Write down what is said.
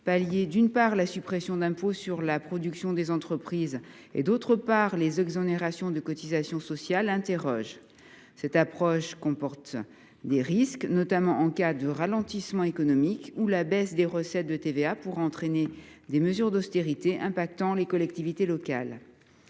pallier, d’une part, la suppression d’impôts sur la production des entreprises, et, d’autre part, les exonérations de cotisations sociales, il comporte des risques : en cas de ralentissement économique, la baisse des recettes de TVA pourrait entraîner des mesures d’austérité affectant les collectivités territoriales.